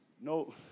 No